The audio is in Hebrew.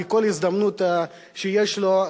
בכל הזדמנות שיש לו,